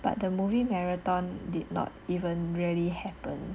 but the movie marathon did not even really happen